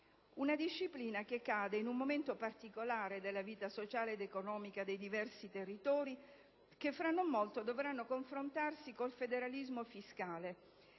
una disciplina che cade in un momento particolare della vita sociale ed economica dei diversi territori. Essi, infatti, tra non molto dovranno confrontarsi con il federalismo fiscale